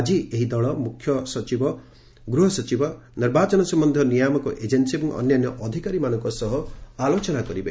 ଆଜି ଏହି ଦଳ ମୁଖ୍ୟ ସଚିବ ଗୃହ ସଚିବ ନିର୍ବାଚନ ସମ୍ଭନ୍ଧୀୟ ନିୟାମକ ଏଜେନ୍ନି ଏବଂ ଅନ୍ୟାନ୍ୟ ଅଧିକାରୀମାନଙ୍କ ସହ ଆଲୋଚନା କରିବେ